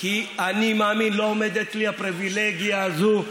כי אני מאמין לא עומדת לי הפריבילגיה הזאת,